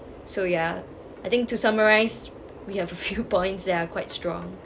so ya I think to summarize we have a few points that are quite strong